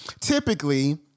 Typically